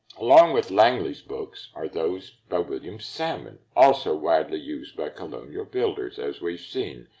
along with langley's books are those by william salmon, also widely used by colonial builders, as we've seen,